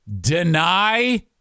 Deny